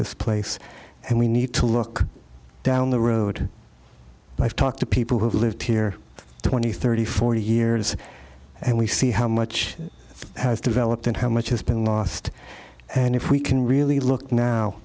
this place and we need to look down the road i've talked to people who've lived here twenty thirty forty years and we see how much has developed and how much has been lost and if we can really look now